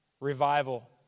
Revival